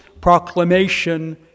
proclamation